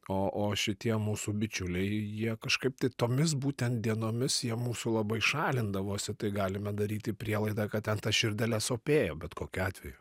o o šitie mūsų bičiuliai jie kažkaip tai tomis būtent dienomis jie mūsų labai šalindavosi tai galime daryti prielaidą kad ten tas širdeles sopėjo bet kokiu atveju